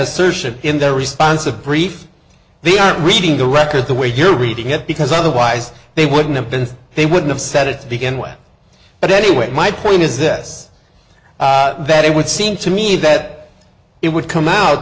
assertion in their response a brief they aren't reading the record the way you're reading it because otherwise they wouldn't have been they wouldn't have said it to begin with but anyway my point is this that it would seem to me that it would come out